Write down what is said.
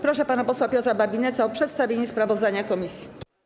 Proszę pana posła Piotra Babinetza o przedstawienie sprawozdania komisji.